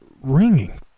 ringing